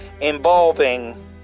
involving